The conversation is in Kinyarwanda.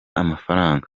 amafaranga